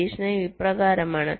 നിരീക്ഷണം ഇപ്രകാരമാണ്